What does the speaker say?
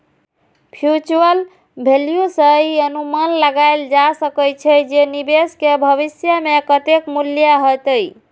future value सं ई अनुमान लगाएल जा सकै छै, जे निवेश के भविष्य मे कतेक मूल्य हेतै